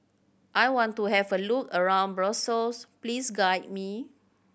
I want to have a look around Brussels please guide me